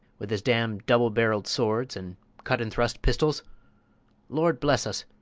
with his damned double-barrelled swords, and cut-and-thrust pistols lord bless us!